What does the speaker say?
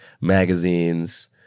magazines